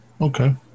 Okay